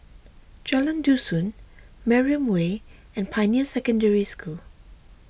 Jalan Dusun Mariam Way and Pioneer Secondary School